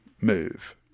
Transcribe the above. move